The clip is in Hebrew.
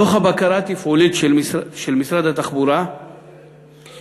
דוח הבקרה התפעולית של משרד התחבורה מגלה